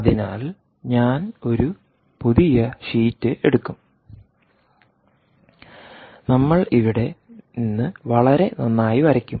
അതിനാൽ ഞാൻ ഒരു പുതിയ ഷീറ്റ് എടുക്കും നമ്മൾ ഇവിടെ നിന്ന് വളരെ നന്നായി വരയ്ക്കും